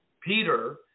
Peter